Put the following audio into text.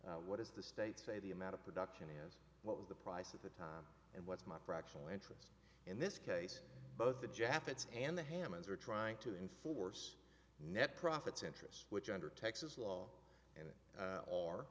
is what is the state say the amount of production is what was the price at the time and what's my fractional interest in this case both the japanese and the hammonds are trying to enforce net profits interest which under texas law and